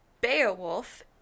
Beowulf